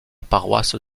paroisse